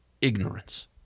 ignorance